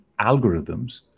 algorithms